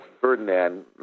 Ferdinand